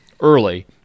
early